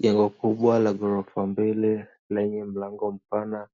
Jengo kubwa la ghorofa mbili lenye mlango mpana